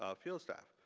ah field staff.